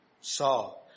saw